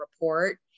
report